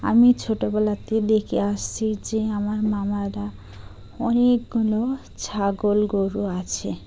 আমি ছোটোবেলাতে দেখে আসছি যে আমার মামাদের অনেকগুলো ছাগল গরু আছে